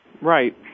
Right